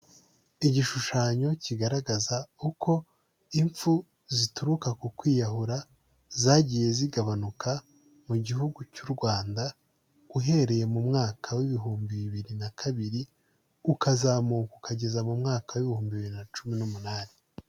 Igishushanyo kigaragaza uko impfu zituruka ku kwiyahura zagiye zigabanuka mu gihugu cy'u Rwanda uhereye mu mwaka w'ibihumbi bibiri na kabiri ukazamuka ukageza mu mwaka w'ibihumbi bibiri na cumi n'umunani.